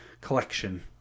collection